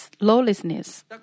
lawlessness